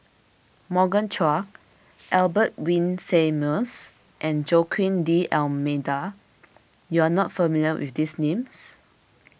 Morgan Chua Albert Winsemius and Joaquim D'Almeida you are not familiar with these names